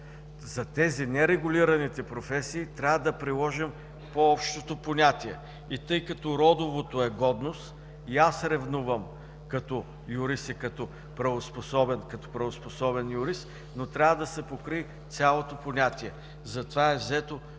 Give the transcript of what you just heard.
За тези нерегулираните професии трябва да приложим по-общото понятие. И тъй като родовото е „годност” – и аз ревнувам като правоспособен юрист, но трябва да се покрие цялото понятие. Затова е взето